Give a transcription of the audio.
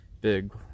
big